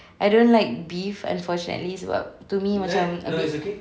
I don't like beef unfortunately sebab to me macam a bit